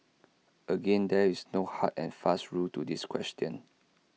again there is no hard and fast rule to this question